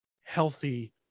healthy